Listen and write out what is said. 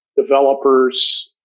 developers